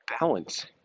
balance